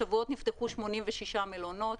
בשבועות נפתחו 86 מלונות.